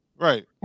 Right